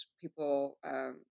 people